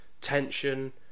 tension